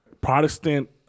Protestant